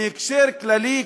מהקשר כללי,